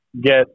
get